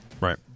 Right